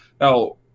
Now